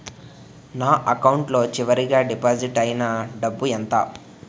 నా అకౌంట్ లో చివరిగా డిపాజిట్ ఐనా డబ్బు ఎంత?